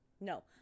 No